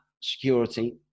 security